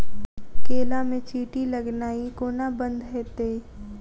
केला मे चींटी लगनाइ कोना बंद हेतइ?